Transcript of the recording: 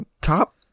top